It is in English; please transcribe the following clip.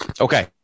okay